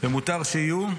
ומותר שיהיו.